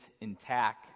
intact